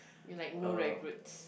like no regrets